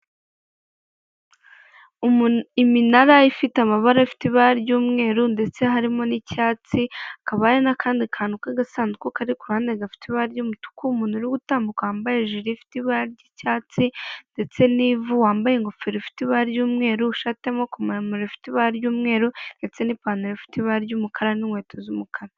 Iminara ifite amabara afite ibara ry'umweru ndetse harimo n'icyatsi hakaba hari n'akandi kantu k'agasanduku kari kuruhande gafite ibara ry'umutuku umuntu uri gutambuka wambaye ijire ifite ibara ry'icyatsi ndetse n'ivu wambaye ingofero ifite ibara ry'umweru ishati y'amabuko maremare ifite ibara ry'umweru ndetse n'ipantaro ifite ibara ry'umukara n'inkweto z'umukara.